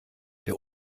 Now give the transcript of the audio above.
der